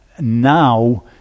now